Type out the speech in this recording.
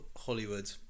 Hollywood